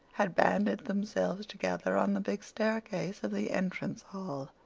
had banded themselves together on the big staircase of the entrance hall,